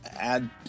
add